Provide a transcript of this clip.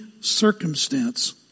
circumstance